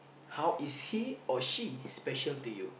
how is he or she special to you